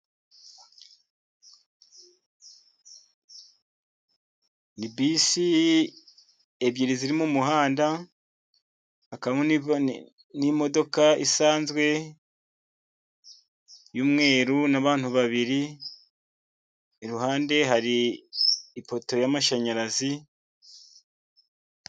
Ni bisi ebyiri ziri mu muhanda, hakabamo n'imodoka isanzwe y'umweru n'abantu babiri, iruhande hari ipoto y'amashanyarazi.